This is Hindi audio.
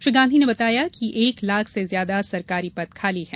श्री गांधी ने बताया कि एक लाख से ज्यादा सरकारी पद खाली हैं